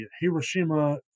Hiroshima